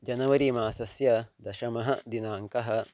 January मासस्य दशमः दिनाङ्कः